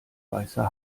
weißer